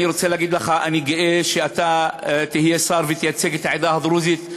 אני רוצה להגיד לך: אני גאה שאתה תהיה שר ותייצג את העדה הדרוזית,